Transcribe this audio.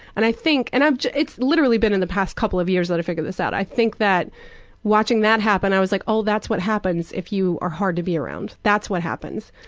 and i think and ah it's literally been in the last couple of years that i figured this out, i think that watching that happen, i was like, oh, that's what happens if you are hard to be around. that's what happens.